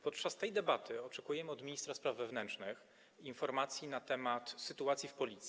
Podczas tej debaty oczekujemy od ministra spraw wewnętrznych informacji na temat sytuacji w Policji.